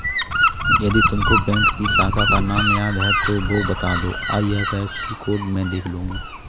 यदि तुमको बैंक की शाखा का नाम याद है तो वो बता दो, आई.एफ.एस.सी कोड में देख लूंगी